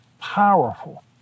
powerful